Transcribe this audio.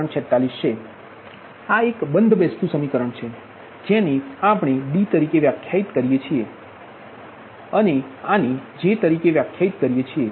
∆xn ⌉ આ એક બંધબેસતુ છે જેને આપણે D તરીકે વ્યાખ્યાયિત કરીએ છીએ અને આને J તરીકે વ્યાખ્યાયિતકરીએ છીએ